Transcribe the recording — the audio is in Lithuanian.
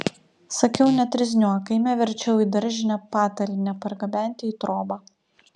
sakiau netrizniuok eime verčiau į daržinę patalynę pargabenti į trobą